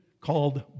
called